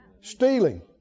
Stealing